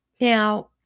Now